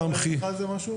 אפשר לומר על זה משהו?